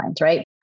right